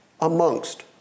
amongst